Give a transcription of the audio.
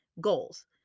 goals